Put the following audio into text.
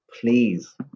Please